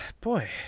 Boy